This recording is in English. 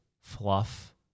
fluff